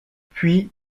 puis